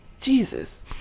Jesus